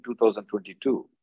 2022